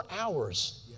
hours